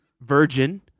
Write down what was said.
Virgin